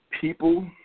People